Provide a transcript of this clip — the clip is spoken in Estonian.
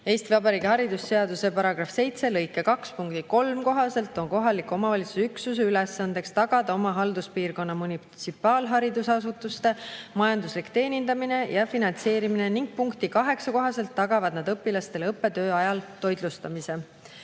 Eesti Vabariigi haridusseaduse § 7 lõike 2 punkti 3 kohaselt on kohaliku omavalitsusüksuse ülesanne tagada oma halduspiirkonna munitsipaalharidusasutuste majanduslik teenindamine ja finantseerimine ning punkti 8 kohaselt tagavad nad õpilastele õppetöö ajal toitlustamise.